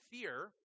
fear